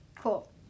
Cool